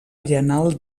biennal